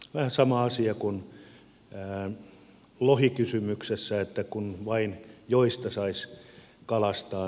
vähän sama asia kuin lohikysymyksessä kun vain joista saisi kalastaa